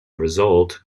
result